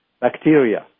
bacteria